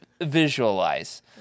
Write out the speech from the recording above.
visualize